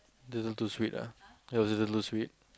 isn't too sweet lah that was a little sweet